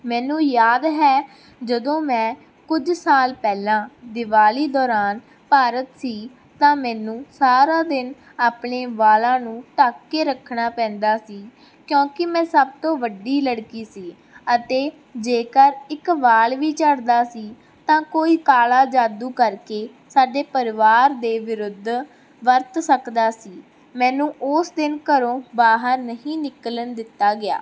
ਮੈਨੂੰ ਯਾਦ ਹੈ ਜਦੋਂ ਮੈਂ ਕੁਝ ਸਾਲ ਪਹਿਲਾਂ ਦਿਵਾਲੀ ਦੌਰਾਨ ਭਾਰਤ ਸੀ ਤਾਂ ਮੈਨੂੰ ਸਾਰਾ ਦਿਨ ਆਪਣੇ ਵਾਲਾਂ ਨੂੰ ਢੱਕ ਕੇ ਰੱਖਣਾ ਪੈਂਦਾ ਸੀ ਕਿਉਂਕਿ ਮੈਂ ਸਭ ਤੋਂ ਵੱਡੀ ਲੜਕੀ ਸੀ ਅਤੇ ਜੇਕਰ ਇੱਕ ਵਾਲ ਵੀ ਝੜਦਾ ਸੀ ਤਾਂ ਕੋਈ ਕਾਲਾ ਜਾਦੂ ਕਰਕੇ ਸਾਡੇ ਪਰਿਵਾਰ ਦੇ ਵਿਰੁੱਧ ਵਰਤ ਸਕਦਾ ਸੀ ਮੈਨੂੰ ਉਸ ਦਿਨ ਘਰੋਂ ਬਾਹਰ ਨਹੀਂ ਨਿਕਲਣ ਦਿੱਤਾ ਗਿਆ